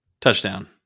touchdown